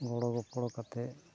ᱜᱚᱲᱚᱜᱚᱯᱚᱲᱚ ᱠᱟᱛᱮ